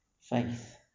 faith